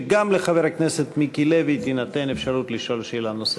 וגם לחבר הכנסת מיקי לוי תינתן אפשרות לשאול שאלה נוספת.